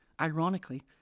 ironically